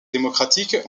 démocratique